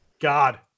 God